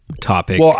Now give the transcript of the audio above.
topic